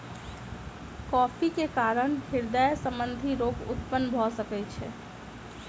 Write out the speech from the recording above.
coffee के कारण हृदय संबंधी रोग उत्पन्न भअ सकै छै